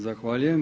Zahvaljujem.